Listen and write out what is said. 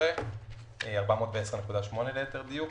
410.8 מיליארד.